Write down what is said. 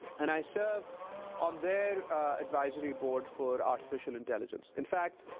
and i serve on their advisory board for artificial intelligence. in fact,